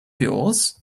yours